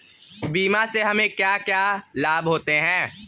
बीमा से हमे क्या क्या लाभ होते हैं?